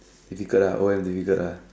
difficult ah O_M difficult ah